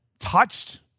Touched